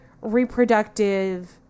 reproductive